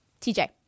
TJ